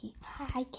Hi